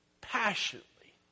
passionately